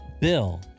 Bill